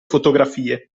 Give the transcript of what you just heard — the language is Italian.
fotografie